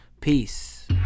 peace